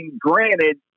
granted